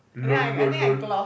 lol lol lol